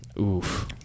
Oof